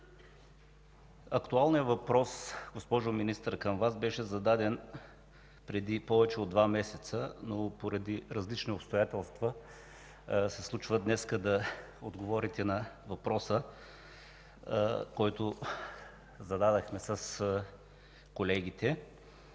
Актуалният въпрос, към Вас, госпожо Министър, беше зададен преди повече от два месеца, но поради различни обстоятелства се случва днес да отговорите на въпроса, който зададохме с колегите.